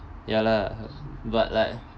ya lah but like